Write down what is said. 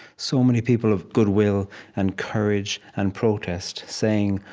so many people of goodwill and courage and protest saying,